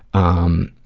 um,